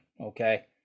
Okay